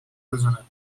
بزند